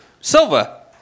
Silva